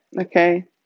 okay